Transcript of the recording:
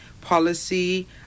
policy